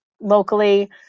locally